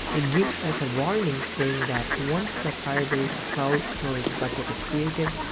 it gives us a warning saying that once the firebase cloud storage bucket is created,